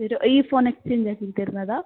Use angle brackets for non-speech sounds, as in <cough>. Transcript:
<unintelligible> ഈ phone exchange ആക്കി തരുന്നതാണോ